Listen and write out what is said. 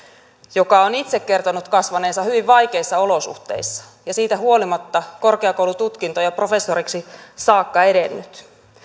joka on itse kertonut kasvaneensa hyvin vaikeissa olosuhteissa ja siitä huolimatta on korkeakoulututkinto ja professoriksi saakka edennyt